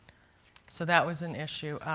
so that was an issue.